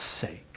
sake